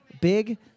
big